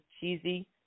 cheesy